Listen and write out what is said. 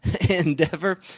endeavor